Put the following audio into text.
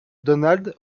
donald